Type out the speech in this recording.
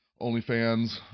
OnlyFans